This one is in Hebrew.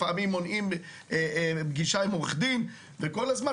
לפעמים מונעים פגישה עם עורך דין וכל הזמן.